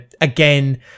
again